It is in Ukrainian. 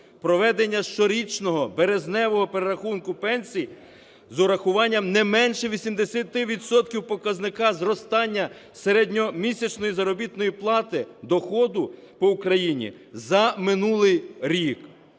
Проведення щорічного березневого перерахунку пенсій з урахуванням не менше 80 відсотків показника зростання середньомісячної заробітної плати, доходу по Україні за минулий рік,